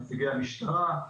נציגי המשטרה.